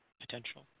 potential